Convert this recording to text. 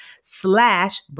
slash